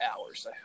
hours